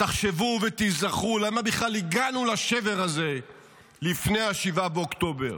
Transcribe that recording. תחשבו ותיזכרו למה בכלל הגענו לשבר הזה לפני ה-7 באוקטובר.